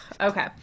Okay